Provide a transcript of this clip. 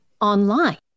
online